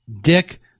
dick